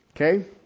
Okay